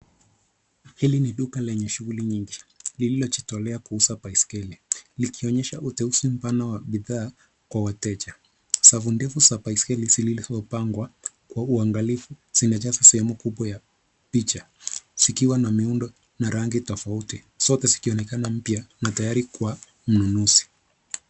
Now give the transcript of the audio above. Hili ni duka lenye shughuli nyingi lililojitolea kuuza baiskeli. Ikionyesha uteuzi mpana wa bidhaa kwa wateja .Safu ndefu za baiskeli zilizopangwa kwa uangalifu zimejaza sehemu kubwa ya picha zikiwa na rangi na muundo tofauti .Zote zikionekana mpya na tayari kwa mnunuzi.